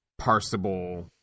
parsable